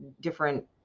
different